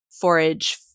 forage